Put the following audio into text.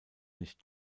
nicht